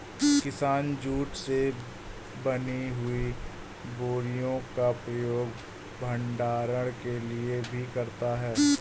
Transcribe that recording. किसान जूट से बनी हुई बोरियों का प्रयोग भंडारण के लिए भी करता है